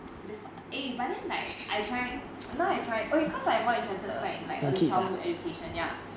the sort ah eh by then like I trying now I am trying !oi! because I more interested stuff in like early childhood education ya